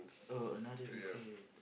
oh another difference